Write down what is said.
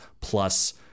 plus